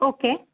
okay